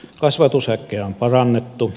kasvatushäkkejä on parannettu